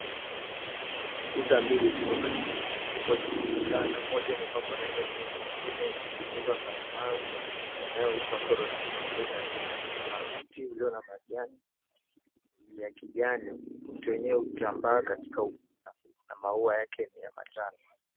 Ukuta mbili ziko zinaonekana moja imepakwa rangi ya nyeupe na nyingine imetengezwa na mawe yanayoitwa corals kwa lugha ya kimombo, kuna mti ulio na majani ya kijani, mti wenyewe umetambaa katika na maua 𝑦𝑎𝑘𝑒 ni ya 𝑚𝑎jani.